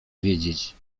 wiedzieć